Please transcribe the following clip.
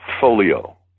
folio